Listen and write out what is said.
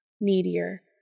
needier